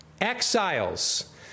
Exiles